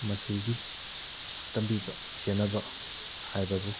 ꯃꯁꯤꯒꯤ ꯇꯝꯕꯤꯕ ꯈꯦꯅꯕ ꯍꯥꯏꯕꯕꯨ